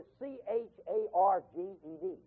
C-H-A-R-G-E-D